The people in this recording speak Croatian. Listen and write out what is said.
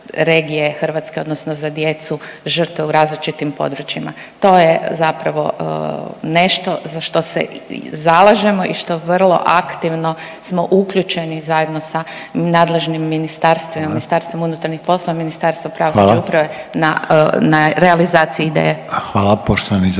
Hrvatske odnosno za djecu žrtve u različitim područjima. To je zapravo nešto za što se zalažemo i što vrlo aktivno smo uključeni zajedno sa nadležnim ministarstvima, MUP-om, Ministarstvom pravosuđa i uprave …/Upadica: Hvala./… na realizaciji ideje. **Reiner,